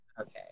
Okay